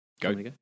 Go